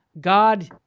God